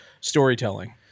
storytelling